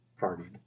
partied